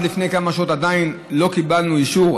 עד לפני כמה שעות עדיין לא קיבלנו אישור,